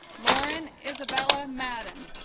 lauren isabella madden